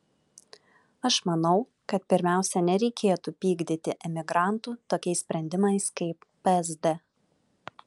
aš manau kad pirmiausia nereikėtų pykdyti emigrantų tokiais sprendimais kaip psd